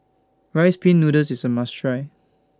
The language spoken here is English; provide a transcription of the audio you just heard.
Rice Pin Noodles IS A must Try